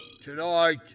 Tonight